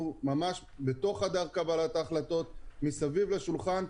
ממש בתוך חדר קבלת ההחלטות מסביב לשולחן.